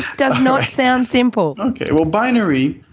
does not sound simple. okay, well binary,